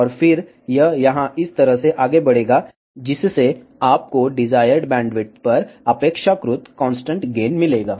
और फिर यह यहां इस तरह से आगे बढ़ेगा जिससे आपको डिजायर्ड बैंडविड्थ पर अपेक्षाकृत कांस्टेंट गेन मिलेगा